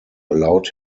allowed